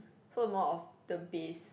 so more of the base